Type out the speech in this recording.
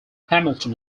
hamilton